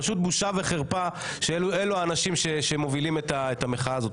פשוט בושה וחרפה שאלה האנשים שמובילים את המחאה הזאת.